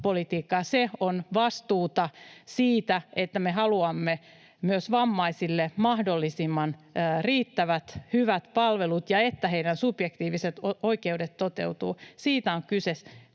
Se on vastuuta siitä, että me haluamme myös vammaisille mahdollisimman riittävät, hyvät palvelut ja että heidän subjektiiviset oikeutensa toteutuvat. Siitä on kyse,